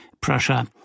Prussia